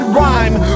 rhyme